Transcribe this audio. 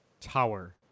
tower